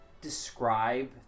describe